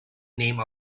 name